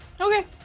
Okay